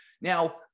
Now